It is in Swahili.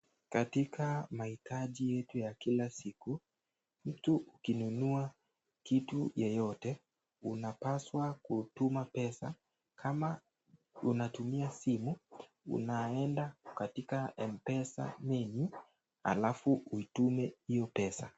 Katika mahitaji yetu ya kila siku, mtu ukinunua kitu yoyote, unapaswa kutuma pesa ,kama unatumia simu, unaenda katika mpesa menu alafu utume hio pesa.